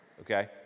okay